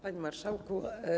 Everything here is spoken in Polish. Panie Marszałku!